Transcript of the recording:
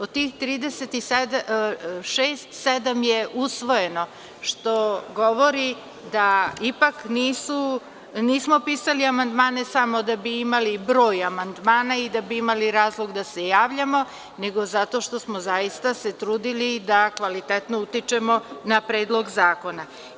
Od tih 36, sedam je usvojeno, što govori da ipak nismo pisali amandmane samo da bi imali broj amandmana i da bi imali razlog da se javljamo, nego zato što smo se zaista trudili da kvalitetno utičemo na Predlog zakona.